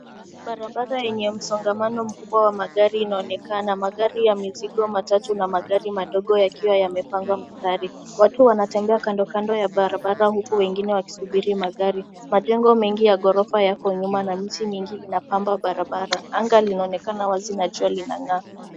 Barabara yenye msongamano mkubwa wa magari inaonekana. Magari ya mizigo, matatu, na magari madogo yakiwa yamepanga mstari. Watu wanatembea kando kando ya barabara, huku wengine wakisubiri magari. Majengo mengi ya ghorofa yako nyuma na miti mingi inapamba barabara. Anga linaonekana wazi na jua linang'aa.